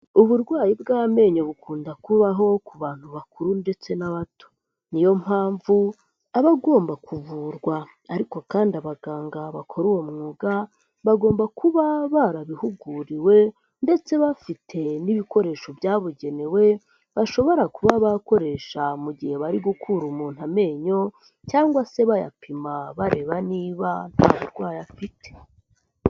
Uburwayi bw'amenyo bukunda kubaho ku bantu bakuru ndetse n'abato niyo mpamvu abagomba kuvurwa ariko kandi abaganga bakora uwo mwuga bagomba kuba barabihuguriwe ndetse bafite n'ibikoresho byabugenewe bashobora kuba bakoresha mu gihe bari gukura umuntu amenyo cyangwa se bayapima bareba niba nta burwayi afite.